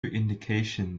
indication